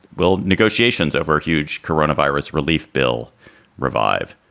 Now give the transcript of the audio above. well, negotiations over a huge coronavirus relief bill revive?